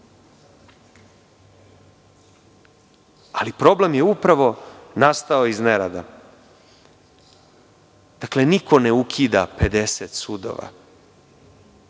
Problem je upravo nastao iz nerada. Dakle, niko ne ukida 50 sudova,